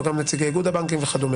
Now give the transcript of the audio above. אבל גם נציגי איגוד הבנקים וכד'.